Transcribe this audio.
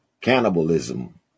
cannibalism